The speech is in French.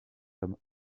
comme